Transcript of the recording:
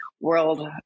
world